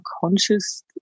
conscious